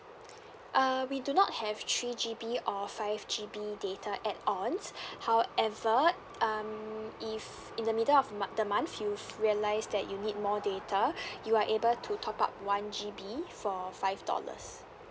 uh we do not have three G_B or five G_B data add ons however um if in the middle of mo~ the month you realise that you need more data you are able to top up one G_B for five dollars